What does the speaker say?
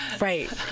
right